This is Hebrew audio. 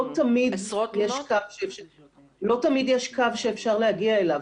לא תמיד יש קו שאפשר להגיע אליו.